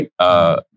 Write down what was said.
right